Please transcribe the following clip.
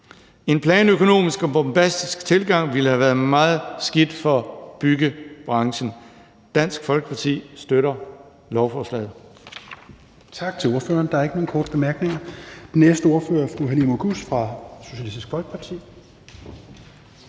En planøkonomisk og bombastisk tilgang ville have været meget skidt for byggebranchen. Dansk Folkeparti støtter lovforslaget.